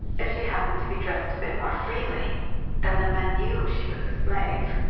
if she happened to be dressed a bit more freely then the men knew she was a slave,